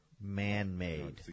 man-made